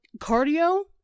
cardio